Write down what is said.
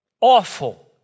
awful